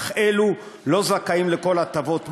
אך אלו לא זכאים לכל הטבות מס,